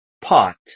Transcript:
pot